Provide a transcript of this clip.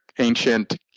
Ancient